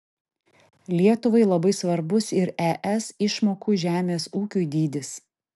lietuvai labai svarbus ir es išmokų žemės ūkiui dydis